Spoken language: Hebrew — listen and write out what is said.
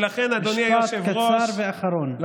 משפט קצר אחרון.